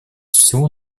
всю